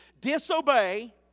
disobey